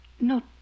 No